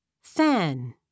Fan